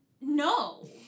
no